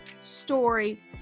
story